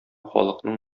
халыкның